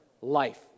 life